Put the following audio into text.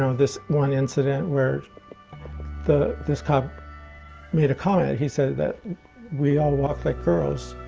ah this one incident where the, this cop made a comment. he said that we all walk like girls.